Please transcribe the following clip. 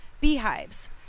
beehives